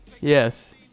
Yes